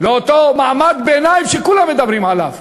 למעמד הביניים שכולם מדברים עליו,